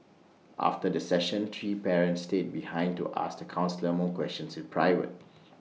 after the session three parents stayed behind to ask the counsellor more questions in private